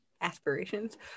aspirations